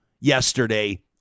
yesterday